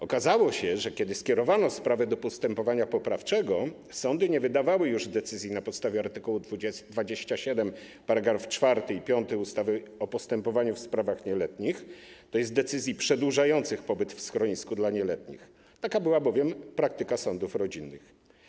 Okazało się, że kiedy skierowano sprawę do postępowania poprawczego, sądy nie wydawały już decyzji na podstawie art. 27 § 4 i 5 ustawy o postępowaniu w sprawach nieletnich, tj. decyzji przedłużających pobyt w schronisku dla nieletnich, taka była bowiem praktyka sądów rodzinnych.